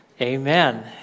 Amen